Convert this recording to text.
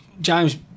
James